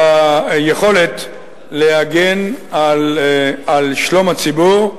ביכולת להגן על שלום הציבור,